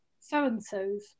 so-and-sos